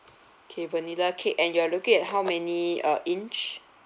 okay vanilla cake and you're looking at how many uh inch